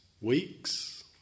Weeks